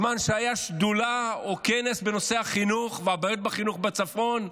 בזמן שהייתה שדולה או היה כנס בנושא החינוך והבעיות בחינוך בצפון,